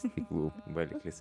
stiklų valiklis